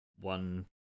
one